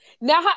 Now